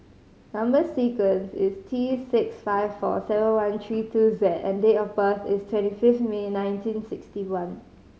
number sequence is T six five four seven one three two Z and date of birth is twenty fifth May nineteen sixty one